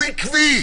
הוא עקבי,